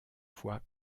fois